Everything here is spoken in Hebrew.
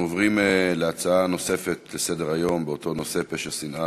אנחנו עוברים להצעה נוספת לסדר-היום באותו נושא: פשע שנאה,